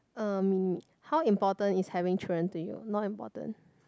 um how important is having children to you not important